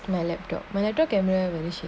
my laptop my laptop camera very shit